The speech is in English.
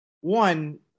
one